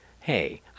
Hey